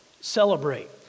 celebrate